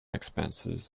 expenses